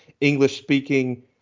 English-speaking